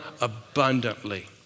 abundantly